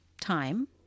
time